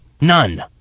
None